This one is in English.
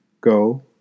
Go